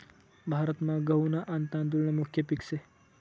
भारतमा गहू न आन तादुळ न मुख्य पिक से